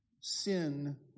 Sin